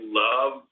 love